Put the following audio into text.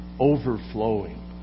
overflowing